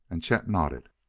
and chet nodded.